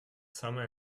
summer